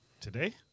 Today